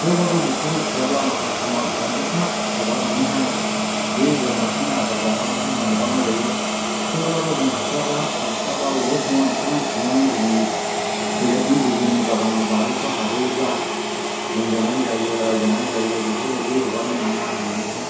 थेवबाबो बेफोरजों थोआब्ला माखासे समाव दानदिफा हगारनानैहाय बे बोरमाखौनो आदार जाग्लांथों होननानै हगारनाय जायो थेवब्लाबो जों हास्लाबा नुस्लाबा बबे समाव ओंखारनानै थांलानानै गुबुननि बेलेगनि गुबुननि बागानाव बारिफ्राव हाबहैयोब्ला बुंजानाय जायो रायजानाय जायो बेफोरबायदि हगारनो नाङा होननानैहाय